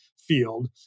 field